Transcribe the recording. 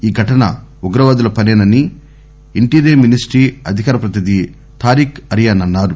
ఈ ఘటన ఉగ్రవాదుల పసేనని ఇంటీరియర్ మినిస్టి అధికార ప్రతినిధి థారిఖ్ అరియాన్ అన్నారు